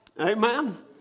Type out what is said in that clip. Amen